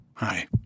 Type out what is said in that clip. Hi